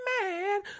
man